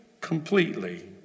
completely